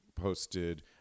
posted